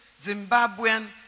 Zimbabwean